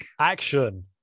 action